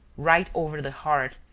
right over the heart,